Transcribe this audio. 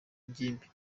ingimbi